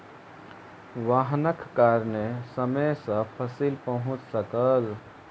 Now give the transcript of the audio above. वाहनक कारणेँ समय सॅ फसिल पहुँच सकल